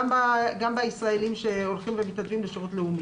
גם בישראלים שהולכים ומתנדבים לשירות לאומי.